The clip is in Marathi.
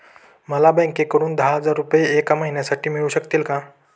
मला बँकेकडून दहा हजार रुपये एक महिन्यांसाठी मिळू शकतील का?